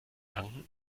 tanken